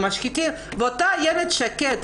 ואותה איילת שקד,